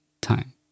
time